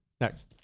next